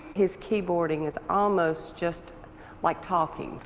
his keyboarding is almost just like talking.